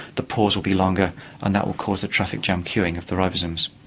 the pause will be longer and that will cause a traffic jam queuing of the ribosomes.